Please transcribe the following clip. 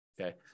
Okay